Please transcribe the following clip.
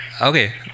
Okay